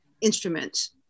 instruments